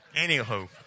Anywho